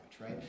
right